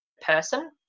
person